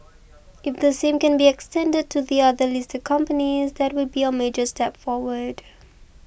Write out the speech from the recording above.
if the same can be extended to the other listed companies that would be a major step forward